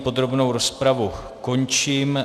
Podrobnou rozpravu končím.